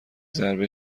ضربه